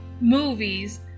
movies